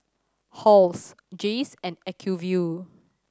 Halls Jays and Acuvue